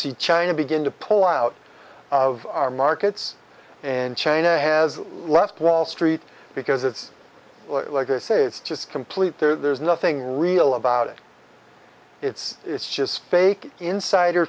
see china begin to pull out of our markets and china has left wall street because it's like i say it's just complete there's nothing real about it it's just fake insider